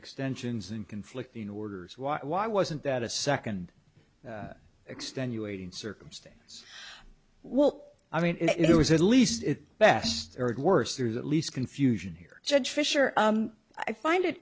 extensions and conflicting orders was why wasn't that a second extenuating circumstance well i mean it was at least it best or worst there's at least confusion here judge fisher i find it